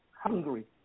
Hungry